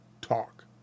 talk